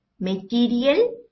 material